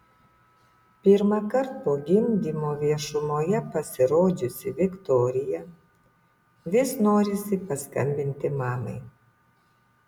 pirmąkart po gimdymo viešumoje pasirodžiusi viktorija vis norisi paskambinti mamai